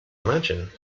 imagine